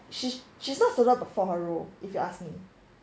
she's she's not suitable for her role if you ask me